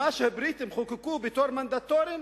מה שהבריטים חוקקו בתור מנדטורים